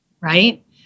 Right